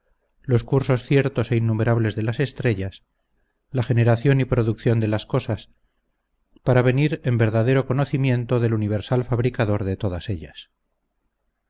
los cursos ciertos e innumerables de las estrellas la generación y producción de las cosas para venir en verdadero conocimiento del universal fabricador de todas ellas